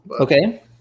Okay